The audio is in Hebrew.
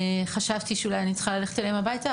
חששתי שאולי אני צריכה ללכת אליהן הביתה,